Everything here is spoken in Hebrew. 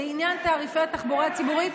לעניין תעריפי התחבורה הציבורית,